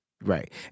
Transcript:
right